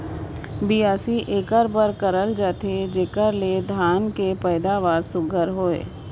बियासी एकर बर करल जाथे जेकर ले धान कर पएदावारी सुग्घर होए